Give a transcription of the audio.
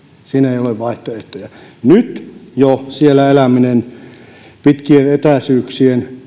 siinä ei ole vaihtoehtoja jo nyt siellä eläminen on kallista on pitkät etäisyydet ja